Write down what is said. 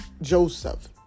Joseph